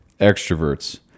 extroverts